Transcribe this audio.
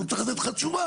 והוא צריך לתת לך תשובה.